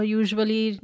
usually